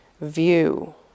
view